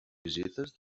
visites